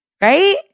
Right